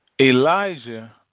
Elijah